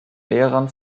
lehrern